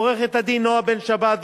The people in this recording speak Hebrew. לעורכת-הדין נועה בן-שבת,